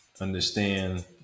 Understand